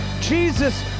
Jesus